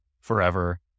forever